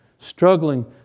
struggling